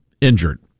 injured